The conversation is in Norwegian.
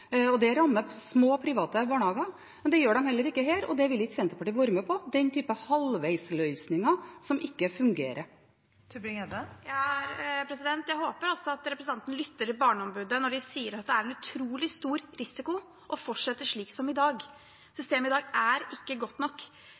Det rammet små private barnehager. Det gjør de heller ikke her, og Senterpartiet vil ikke være med på den type halvveis-løsninger som ikke fungerer. Jeg håper representanten lytter til Barneombudet når de sier at det innebærer en utrolig stor risiko å fortsette slik som i dag. Systemet i dag er ikke godt nok.